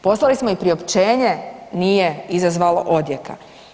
Poslali smo i priopćenje, nije izazvalo odjeka.